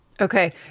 Okay